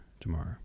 tomorrow